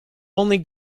only